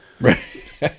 Right